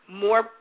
More